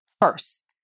first